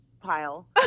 pile